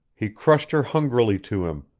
he crushed her hungrily to him,